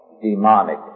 demonic